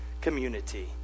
community